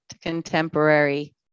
contemporary